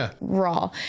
raw